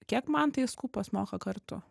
kiek mantai skupas moka kartų